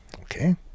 Okay